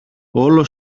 όλο